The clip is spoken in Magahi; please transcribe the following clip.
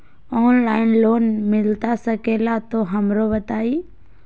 ऑनलाइन लोन मिलता सके ला तो हमरो बताई?